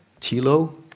Tilo